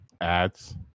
ads